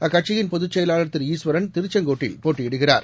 அக்கட்சியின் பொதுச்செயலாளர் திருஈஸ்வரன் திருச்செங்கோட்டில் போட்டியிடுகிறார்